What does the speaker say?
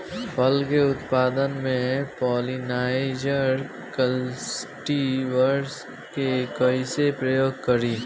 फल के उत्पादन मे पॉलिनाइजर कल्टीवर्स के कइसे प्रयोग करी?